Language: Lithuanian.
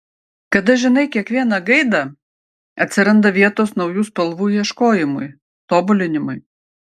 kada žinai kiekvieną gaidą atsiranda vietos naujų spalvų ieškojimui tobulinimui